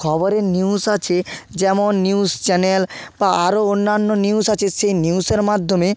খবরের নিউজ আছে যেমন নিউজ চ্যানেল বা আরও অন্যান্য নিউজ আছে সেই নিউজের মাধ্যমে